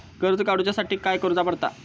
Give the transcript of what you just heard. कर्ज काडूच्या साठी काय करुचा पडता?